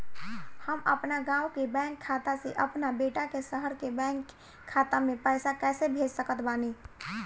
हम अपना गाँव के बैंक खाता से अपना बेटा के शहर के बैंक खाता मे पैसा कैसे भेज सकत बानी?